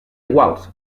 iguals